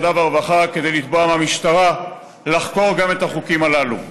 בוועדת העבודה והרווחה כדי לתבוע מהמשטרה לחקור גם בחוקים הללו.